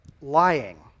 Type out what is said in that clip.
lying